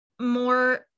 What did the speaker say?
more